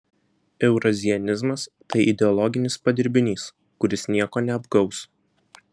eurazianizmas tai ideologinis padirbinys kuris nieko neapgaus